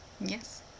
Yes